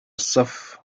الصف